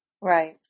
Right